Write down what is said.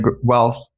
wealth